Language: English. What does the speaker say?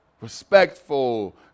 Respectful